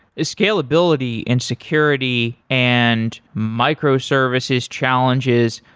scalability and security and micro-services challenges,